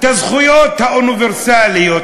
הזכויות האוניברסליות,